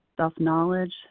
self-knowledge